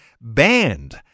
banned